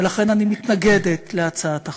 ולכן אני מתנגדת להצעת החוק.